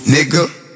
Nigga